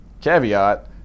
caveat